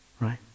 Right